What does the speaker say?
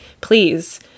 please